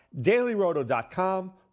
DailyRoto.com